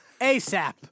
ASAP